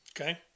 Okay